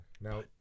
Now